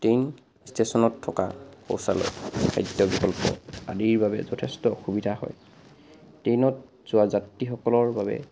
train ষ্টেশ্যনত থকা শৌচালয় খাদ্য বিকল্প আদিৰ বাবে যথেষ্ট অসুবিধা হয় ট্ৰেইনত যোৱা যাত্ৰীসকলৰ বাবে